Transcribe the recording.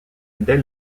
dès